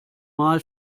mal